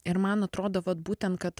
ir man atrodo vat būtent kad